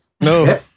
No